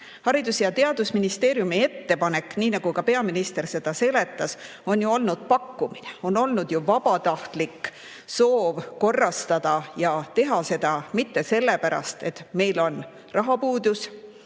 Haridus- ja Teadusministeeriumi ettepanek, nii nagu ka peaminister seda seletas, on ju olnud pakkumine. See on olnud vabatahtlik soov korrastada ja teha seda mitte sellepärast, et meil on rahapuudus